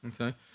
Okay